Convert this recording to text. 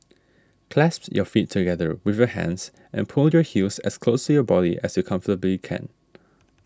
clasp your feet together with your hands and pull your heels as close your body as you comfortably can